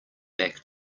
back